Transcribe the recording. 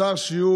הוא מסר שיעור,